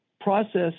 process